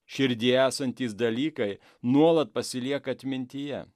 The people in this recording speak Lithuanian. širdyje esantys dalykai nuolat pasilieka atmintyje